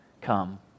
come